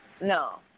No